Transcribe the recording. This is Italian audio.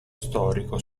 storico